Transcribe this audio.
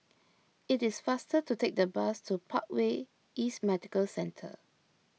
it is faster to take the bus to Parkway East Medical Centre